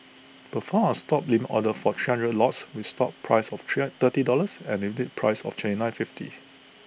perform A stop limit order for three hundred lots with stop price of thirty dollars and limit price of twenty nine fifty